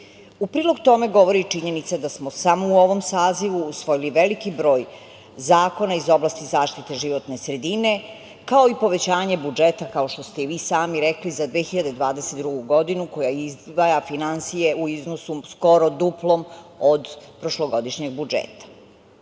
prilog tome govori i činjenica da smo samo u ovom sazivu usvojili veliki broj zakona iz oblasti zaštite životne sredine, kao i povećanje budžeta, kao što ste i vi sami rekli, za 2022. godinu koja izdvaja finansije u iznosu od skoro duplom od prošlogodišnjeg budžeta. Kada